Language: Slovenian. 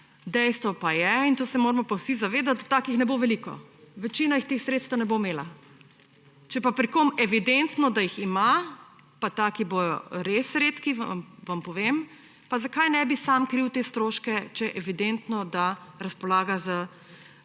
Dejstvo pa je in tega pa se moramo vsi zavedati, da takih ne bo veliko. Večina teh sredstev ne bo imela. Če je pa pri komu evidentno, da jih ima, pa taki bodo res redki, vam povem, pa zakaj ne bi sam kril te stroške, če je evidentno, da razpolaga z